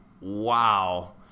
Wow